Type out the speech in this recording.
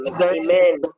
amen